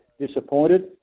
Disappointed